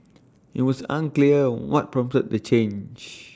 IT was unclear what prompted the change